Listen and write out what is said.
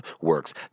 works